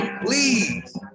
please